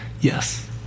yes